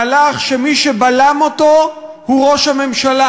מהלך שמי שבלם אותו הוא ראש הממשלה.